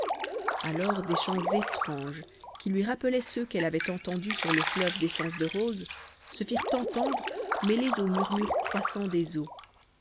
alors des chants étranges qui lui rappelaient ceux qu'elle avait entendus sur le fleuve d'essence de rose se firent entendre mêlés au murmure croissant des eaux